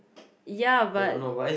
ya but